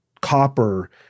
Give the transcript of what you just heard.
copper